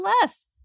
less